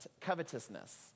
covetousness